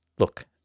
Look